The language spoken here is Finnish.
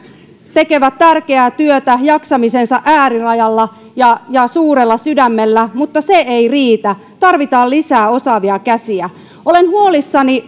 tekevät tärkeää työtä jaksamisensa äärirajalla ja ja suurella sydämellä mutta se ei riitä tarvitaan lisää osaavia käsiä olen huolissani